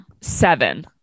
seven